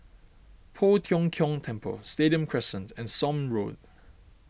Poh Tiong Kiong Temple Stadium Crescent and Somme Road